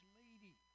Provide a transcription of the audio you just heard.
lady